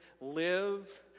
live